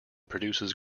produces